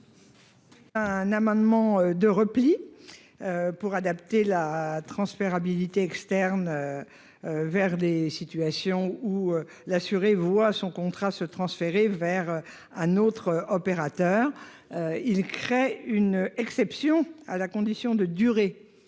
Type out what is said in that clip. Un amendement de repli. Pour adapter la transférabilité externe. Vers des situations où l'assuré voit son contrat se transférer vers un autre opérateur. Il crée une exception à la condition de durée